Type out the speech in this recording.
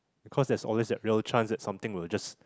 because there's always that real chance that something will just